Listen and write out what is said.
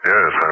Yes